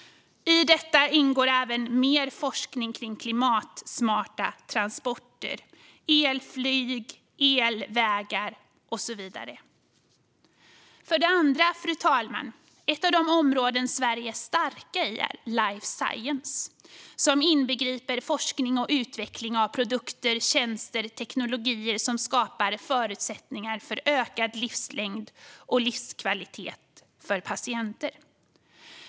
I detta ingår även mer forskning om klimatsmarta transporter, elflyg, elvägar och så vidare. För det andra, fru talman: Ett av de områden som Sverige är starkt i är life science. Det inbegriper forskning och utveckling av produkter, tjänster och tekniker som skapar förutsättningar för ökad livslängd och livskvalitet för patienter.